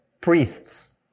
priests